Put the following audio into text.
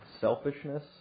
selfishness